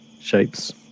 shapes